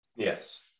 Yes